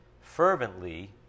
Fervently